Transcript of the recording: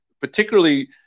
particularly